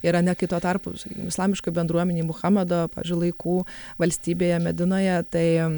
irane kai tuo tarpu islamiškoj bendruomenėj muchamedo laikų valstybėje medinoje tai